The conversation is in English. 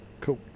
cool